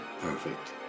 Perfect